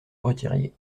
retiriez